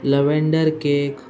lavender cake